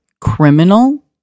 criminal